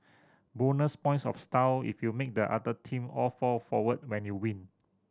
bonus points of style if you make the other team all fall forward when you win